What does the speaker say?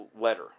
letter